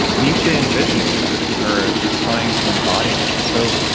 nietzsche envisions that or is trying to embody that. so,